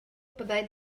byddai